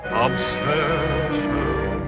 obsession